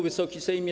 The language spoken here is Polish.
Wysoki Sejmie!